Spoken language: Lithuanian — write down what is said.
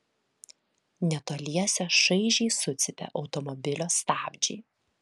netoliese šaižiai sucypė automobilio stabdžiai